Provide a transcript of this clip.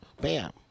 Bam